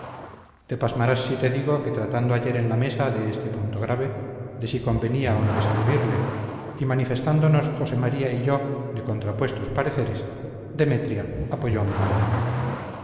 te pasmarás si te digo que tratando ayer en la mesa de este punto grave de si convenía o no escribirle y manifestándonos josé maría y yo de contrapuestos pareceres demetria apoyó mi opinión